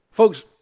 Folks